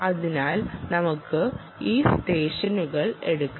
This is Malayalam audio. അതിനാൽ നമുക്ക് ഈ സെഷനുകൾ എടുക്കാം